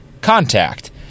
contact